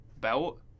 belt